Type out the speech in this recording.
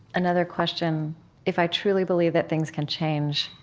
another question if i truly believe that things can change,